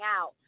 out